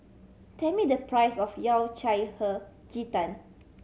tell me the price of Yao Cai Hei Ji Tang